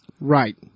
right